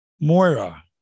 Moira